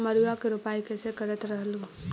मड़उआ की रोपाई कैसे करत रहलू?